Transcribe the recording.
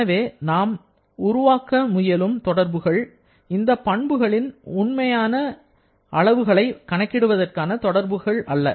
எனவே நாம் உருவாக்க முயலும் தொடர்புகள் இந்த பண்புகளில் உண்மையான அளவுகளை கணக்கிடுவதற்கான தொடர்புகள் அல்ல